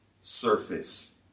surface